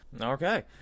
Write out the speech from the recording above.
Okay